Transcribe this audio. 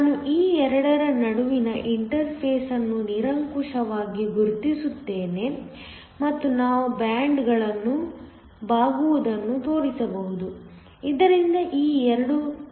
ನಾನು ಈ 2 ರ ನಡುವಿನ ಇಂಟರ್ಫೇಸ್ ಅನ್ನು ನಿರಂಕುಶವಾಗಿ ಗುರುತಿಸುತ್ತೇನೆ ಮತ್ತು ನಾವು ಬ್ಯಾಂಡ್ಗಳನ್ನು ಬಾಗುವುದನ್ನು ತೋರಿಸಬಹುದು ಇದರಿಂದ ಈ 2 ಸೇರುತ್ತವೆ